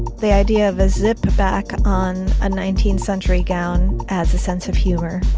the idea of a zip back on a nineteenth century gown adds a sense of humor.